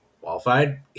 qualified